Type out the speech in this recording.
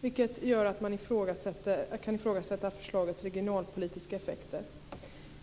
vilket gör att man kan ifrågasätta förslagets regionalpolitiska effekter.